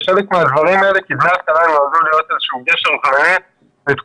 זה חלק מהדברים האלה כי דמי אבטלה נועדו להיות איזשהו גשר זמני לתקופה.